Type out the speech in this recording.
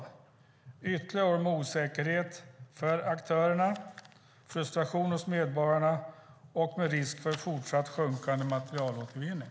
Det betyder ytterligare år med osäkerhet för aktörerna, frustration hos medborgarna och risk för fortsatt sjunkande materialåtervinning.